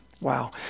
wow